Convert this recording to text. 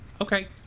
Okay